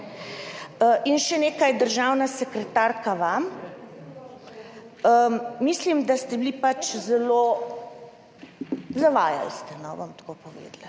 In še nekaj, državna sekretarka, vam. Mislim, da ste bili pač zelo … Zavajali ste, bom tako povedala.